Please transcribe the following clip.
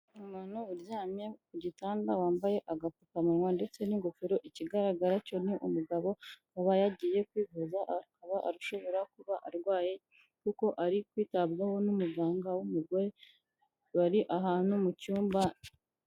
Umuntu uryamye ku gitanda wambaye agapfukamunwa ndetse n'ingofero, ikigaragara cyo ni umugabo uba yagiye kwivuza. Akaba ashobora kuba arwaye kuko ari kwitabwaho n'umuganga w'umugore, bari ahantu mu cyumba.